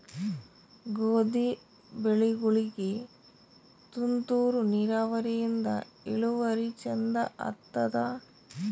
ಗೋಧಿ ಬೆಳಿಗೋಳಿಗಿ ತುಂತೂರು ನಿರಾವರಿಯಿಂದ ಇಳುವರಿ ಚಂದ ಆತ್ತಾದ?